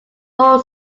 more